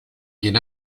quién